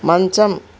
మంచం